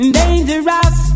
dangerous